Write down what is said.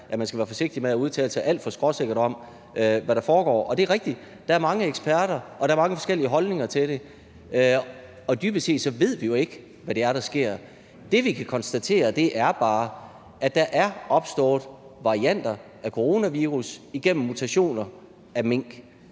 at man skal være forsigtig med at udtale sig alt for skråsikkert om, hvad der foregår. Det er rigtigt, at der er mange eksperter, og at der er mange forskellige holdninger til det. Dybest set ved vi jo ikke, hvad det er, der sker. Det, vi kan konstatere, er bare, at der er opstået varianter af coronavirus gennem mutationer i mink,